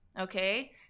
Okay